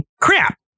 Crap